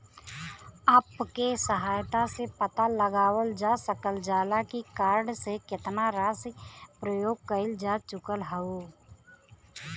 app के सहायता से पता लगावल जा सकल जाला की कार्ड से केतना राशि प्रयोग कइल जा चुकल हउवे